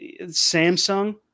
Samsung